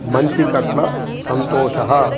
मञ्चिकट्लसन्तोषः